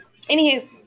Anywho